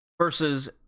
versus